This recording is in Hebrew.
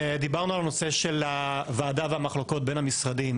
דיברנו על הנושא של הוועדה והמחלוקות בין המשרדים.